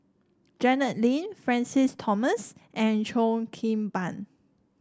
Janet Lim Francis Thomas and Cheo Kim Ban